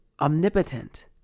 omnipotent